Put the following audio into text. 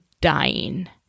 dying